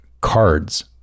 cards